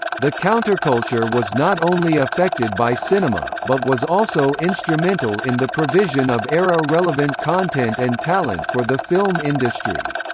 the counterculture was not only affected by cinema, but was also instrumental in the provision of era-relevant content and talent for the film industry.